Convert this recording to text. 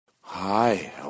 Hi